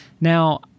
Now